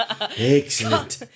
Excellent